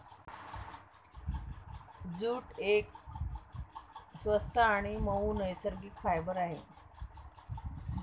jute एक स्वस्त आणि मऊ नैसर्गिक फायबर आहे